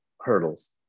hurdles